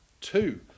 Two